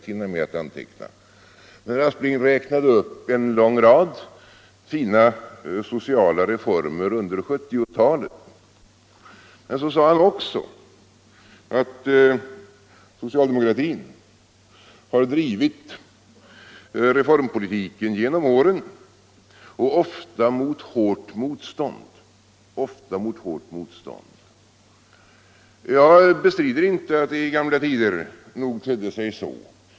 Han räknade upp en lång rad fina sociala reformer under 1970-talet, och så sade han att socialdemokratin har drivit reformpolitiken genom åren och ofta mot hårt motstånd. Jag bestrider inte att det i gamla tider nog tedde sig så.